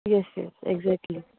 yes yes exactly